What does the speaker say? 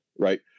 right